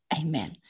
amen